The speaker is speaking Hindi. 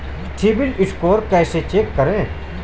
सिबिल स्कोर कैसे चेक करें?